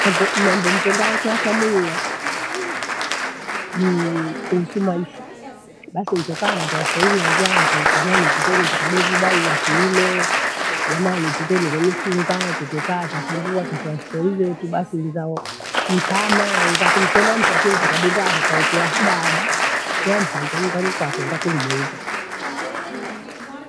Mambe mambo nipendayo kuyatamiia, nii kuhusu maisha. Basi nikekaa natoa historia zangu jamani tukeni tukage vibaua tuyime. Jamani tuteni kwemisunga tetekata sambua tata wasipouzetu basi nidhao. Ntana zakumsema mtu, wakiu tukabindaho kaikea hada hada yamtho taninyumbani kwako enda kumuuza.